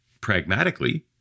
Pragmatically